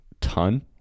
ton